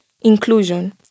inclusion